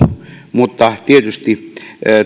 mutta tietysti